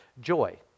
joy